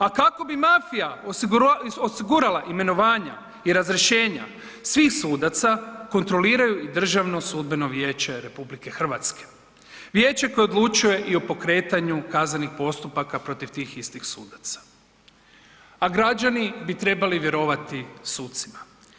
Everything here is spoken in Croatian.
A kako bi mafija osigurala imenovanja i razrješenja svih sudaca, kontroliraju i DSV RH, vijeće koje odlučuje i o pokretanju kaznenih postupaka protiv tih istih sudaca, a građani bi trebali vjerovati sucima.